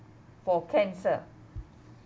for cancer